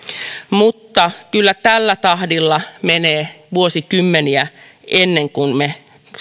mutta kyllä tällä tahdilla menee vuosikymmeniä ennen kuin me